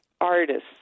artists